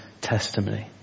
testimony